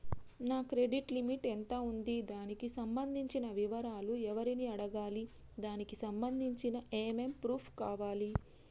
నా credit limit ఎంత ఉంది? దానికి సంబంధించిన వివరాలు ఎవరిని అడగాలి? దానికి సంబంధించిన ఏమేం ప్రూఫ్స్ కావాలి?